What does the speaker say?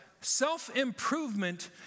Self-improvement